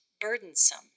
burdensome